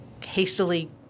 hastily